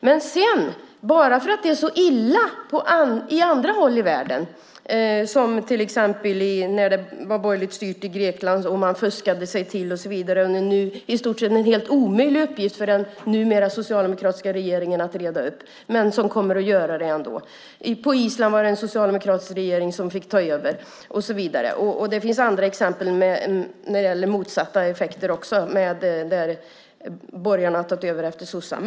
Det är illa på andra håll i världen. Det gäller till exempel när Grekland var borgerligt styrt och man fuskade sig till saker, och nu är det är det i stort sett en helt omöjlig uppgift för den numera socialdemokratiska regeringen där att reda upp detta, men den kommer att göra det ändå. På Island var det en socialdemokratisk regering som fick ta över. Det finns andra exempel när det gäller motsatta effekter också, där borgarna har tagit över efter sossarna.